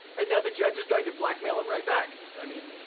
and now the judge is trying to blackmail him right back. i mean,